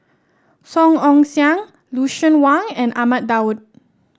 Song Ong Siang Lucien Wang and Ahmad Daud